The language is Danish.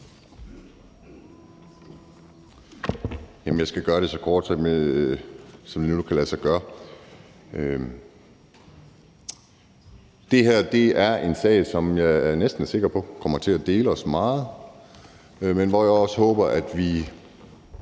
Jeg skal gøre det så kort, som det nu kan lade sig gøre. Det her er en sag, som jeg næsten er sikker på kommer til at dele os meget, men jeg håber også, at vi